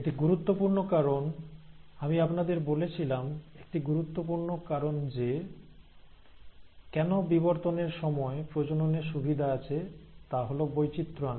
এটি গুরুত্বপূর্ণ কারণ আমি আপনাদের বলেছিলাম একটি গুরুত্বপূর্ণ কারণ যে কেন বিবর্তন এর সময় প্রজননের সুবিধা আছে তা হল বৈচিত্র আনা